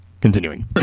Continuing